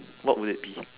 what will it be